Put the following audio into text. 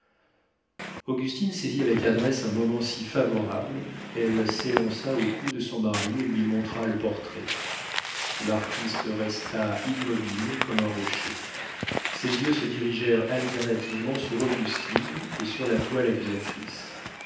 augustine saisit avec adresse un moment si favorable elle s'élança au cou de son mari et lui montra le portrait l'artiste resta immobile comme un rocher ses yeux se dirigèrent alternativement sur augustine et sur la toile accusatrice